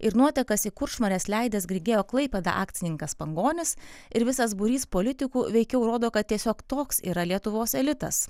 ir nuotekas į kuršmares leidęs grigeo klaipėda akcininkas pangonis ir visas būrys politikų veikiau rodo kad tiesiog toks yra lietuvos elitas